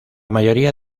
mayoría